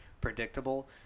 predictable